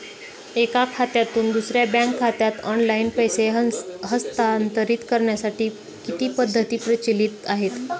एका खात्यातून दुसऱ्या बँक खात्यात ऑनलाइन पैसे हस्तांतरित करण्यासाठी किती पद्धती प्रचलित आहेत?